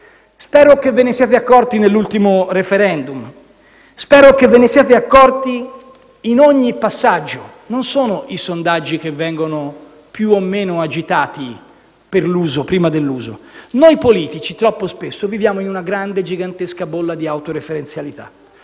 Spero che ve ne siate accorti con l'ultimo *referendum*; spero che ve ne siate accorti in ogni passaggio: non sono i sondaggi che vengono più o meno agitati, prima dell'uso. Noi politici troppo spesso viviamo in una grande, gigantesca bolla di autoreferenzialità.